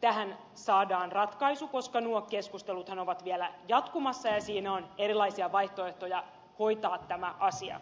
tähän saadaan ratkaisu koska nuo keskusteluthan ovat vielä jatkumassa ja siinä on erilaisia vaihtoehtoja hoitaa tämä asia